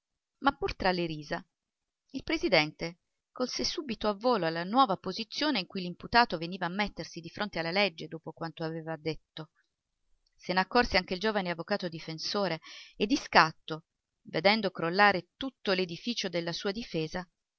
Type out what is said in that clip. ma pur tra le risa il presidente colse subito a volo la nuova posizione in cui l'imputato veniva a mettersi di fronte alla legge dopo quanto aveva detto se n'accorse anche il giovane avvocato difensore e di scatto vedendo crollare tutto l'edificio della sua difesa